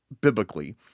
biblically